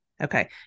okay